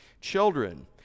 Children